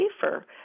safer